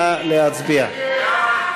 נא להצביע.